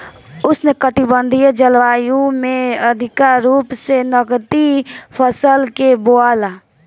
उष्णकटिबंधीय जलवायु में अधिका रूप से नकदी फसल के बोआला